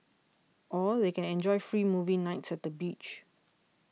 or they can enjoy free movie nights at the beach